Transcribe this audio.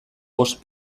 bost